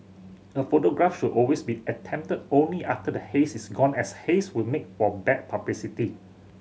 the photograph should always be attempted only after the haze is gone as haze would make for bad publicity